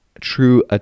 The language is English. true